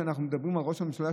כשאנחנו מדברים פה על ראש הממשלה,